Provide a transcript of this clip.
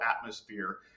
atmosphere